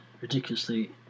ridiculously